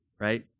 right